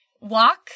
walk